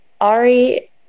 Ari